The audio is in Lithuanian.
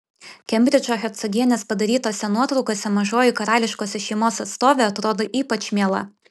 kembridžo hercogienės padarytose nuotraukose mažoji karališkosios šeimos atstovė atrodo ypač miela